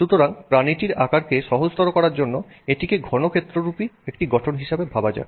সুতরাং প্রাণীটির আকারকে সহজতর করার জন্য এটিকে ঘনক্ষেত্ররুপি একটি গঠন হিসেবে ভাবা যাক